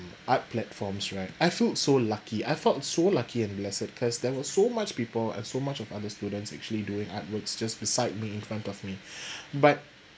art platforms right I felt so lucky I felt so lucky and blessed because there was so much people uh so much of other students actually doing artworks just beside me in front of me but